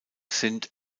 sind